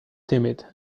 timid